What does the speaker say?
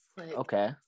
Okay